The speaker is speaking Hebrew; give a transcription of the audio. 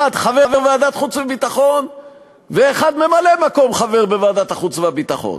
אחד חבר ועדת החוץ והביטחון ואחד ממלא-מקום חבר בוועדת החוץ והביטחון.